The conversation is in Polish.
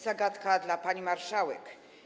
Zagadka dla pani marszałek.